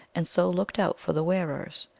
and so looked out for the wearers.